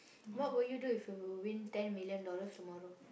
what will you do if you win ten million dollars tomorrow